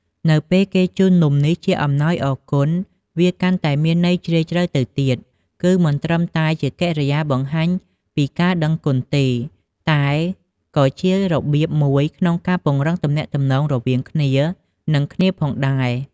នៅពេលគេជូននំនេះជាអំណោយអរគុណ វាកាន់តែមានន័យជ្រាលជ្រៅទៅទៀត គឺមិនត្រឹមតែជាកិរិយាបង្ហាញពីការដឹងគុណទេ តែក៏ជារបៀបមួយក្នុងការពង្រឹងទំនាក់ទំនងរវាងគ្នា និងគ្នាផងដែរ